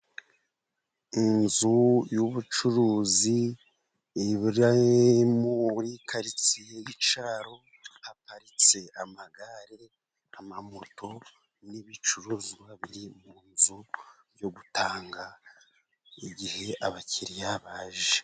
Inzu y'ubucuruzi iri muri karitsiye y'icyaro, haparitse amagare amamoto n'ibicuruzwa biri mu nzu, byo gutanga igihe abakiriya baje.